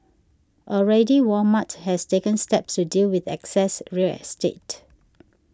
already Walmart has taken steps to deal with excess real estate